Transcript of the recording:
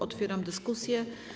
Otwieram dyskusję.